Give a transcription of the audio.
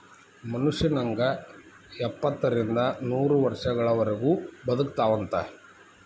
ಮನುಷ್ಯ ನಂಗ ಎಪ್ಪತ್ತರಿಂದ ನೂರ ವರ್ಷಗಳವರಗು ಬದಕತಾವಂತ